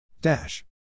Dash